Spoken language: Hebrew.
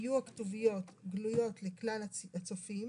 יהיו הכתוביות גלויות לכלל הצופים,